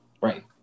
Right